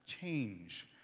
change